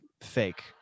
fake